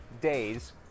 days